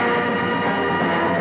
and